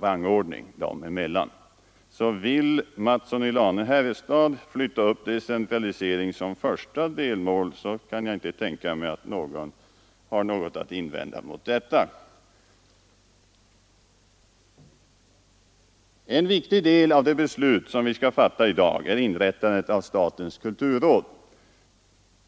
Men vill herr Mattsson i Lane-Herrestad flytta upp decentralisering som första delmål kan jag inte tänka mig att någon har någonting att invända mot detta. En viktig del av det beslut som vi skall fatta i dag är inrättandet av statens kulturråd.